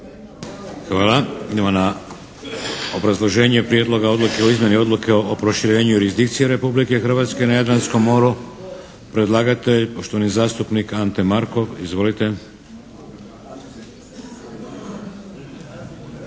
Hvala. Idemo na obrazloženje Prijedloga odluke o izmjeni Odluke o proširenju jurisdikcije Republike Hrvatske na Jadranskom moru. Predlagatelj poštovani zastupnik Ante Markov. Izvolite!